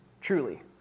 Truly